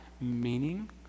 meaning